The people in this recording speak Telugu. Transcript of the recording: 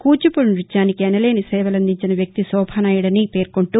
కూచిపూడి న్బత్యానికి ఎనలేని సేవలందించిన వ్యక్తి శోభానాయుడు అని పేర్కొంటూ